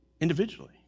individually